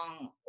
long